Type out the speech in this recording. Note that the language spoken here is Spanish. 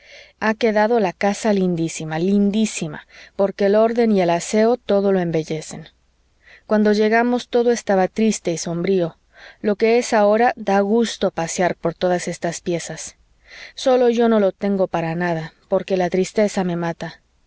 ha quedado la casa lindísima lindísima porque el orden y el aseo todo lo embellecen cuando llegamos toda estaba triste y sombrío lo que es ahora da gusto pasear por estas piezas sólo yo no lo tengo para nada porque la tristeza me mata